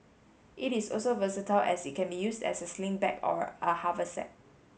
it is also versatile as it can be used as a sling bag or a haversack